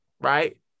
right